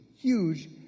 huge